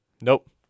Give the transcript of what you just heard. Nope